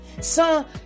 Son